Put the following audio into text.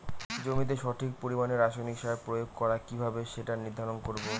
জমিতে সঠিক পরিমাণে রাসায়নিক সার প্রয়োগ করা কিভাবে সেটা নির্ধারণ করব?